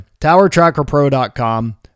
TowerTrackerPro.com